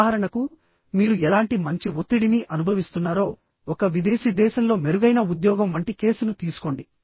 ఉదాహరణకు మీరు ఎలాంటి మంచి ఒత్తిడిని అనుభవిస్తున్నారో ఒక విదేశీ దేశంలో మెరుగైన ఉద్యోగం వంటి కేసును తీసుకోండి